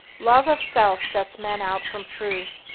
love of self shuts men out from truth,